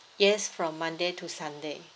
yes from monday to sunday